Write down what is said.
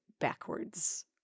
backwards